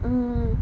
um